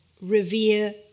revere